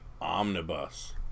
Omnibus